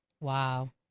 Wow